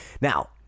Now